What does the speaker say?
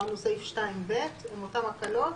אמרנו סעיף 2ב עם אותן הקלות.